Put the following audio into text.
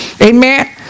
Amen